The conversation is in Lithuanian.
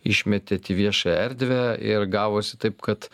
išmetėt į viešąją erdvę ir gavosi taip kad